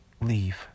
leave